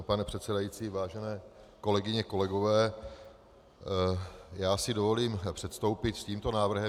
Pane předsedající, vážené kolegyně, kolegové, já si dovolím předstoupit s tímto návrhem.